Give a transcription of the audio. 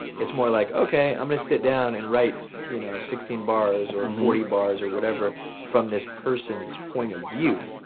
it's more like okay i'm gonna sit down and write you know sixteen bars or forty bars or whatever, from this person's point of view.